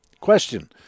Question